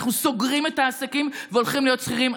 אנחנו סוגרים את העסקים והולכים להיות שכירים.